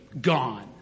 gone